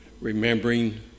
remembering